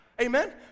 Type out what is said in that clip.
Amen